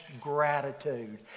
gratitude